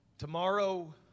Tomorrow